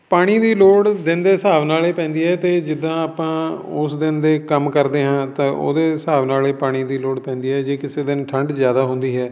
ਪਾਣੀ ਦੀ ਲੋੜ ਦਿਨ ਦੇ ਹਿਸਾਬ ਨਾਲ ਏ ਪੈਂਦੀ ਹੈ ਅਤੇ ਜਿੱਦਾਂ ਆਪਾਂ ਉਸ ਦਿਨ ਦੇ ਕੰਮ ਕਰਦੇ ਹਾਂ ਤਾਂ ਉਹਦੇ ਹਿਸਾਬ ਨਾਲ ਏ ਪਾਣੀ ਦੀ ਲੋੜ ਪੈਂਦੀ ਹੈ ਜੇ ਕਿਸੇ ਦਿਨ ਠੰਡ ਜਿਆਦਾ ਹੁੰਦੀ ਹੈ